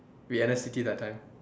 we an S_C_T that time